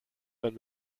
man